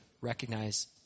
recognize